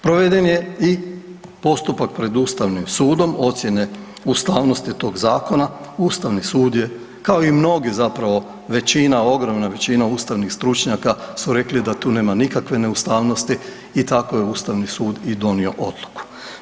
Proveden je i postupak pred Ustavnim sudom, ocjene ustavnosti tog zakona, Ustavni sud je, kao i mnogi zapravo, većina, ogromna većina ustavnih stručnjaka su rekli da tu nema nikakve neustavnosti i tako je Ustavni sud i donio odluku.